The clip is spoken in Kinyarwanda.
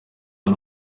ari